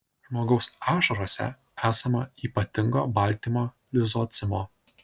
žmogaus ašarose esama ypatingo baltymo lizocimo